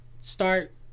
start